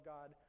God